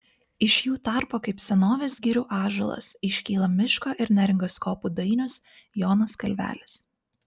iš jų tarpo kaip senovės girių ąžuolas iškyla miško ir neringos kopų dainius jonas kalvelis